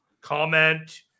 comment